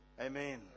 Amen